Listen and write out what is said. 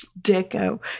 deco